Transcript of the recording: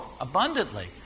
abundantly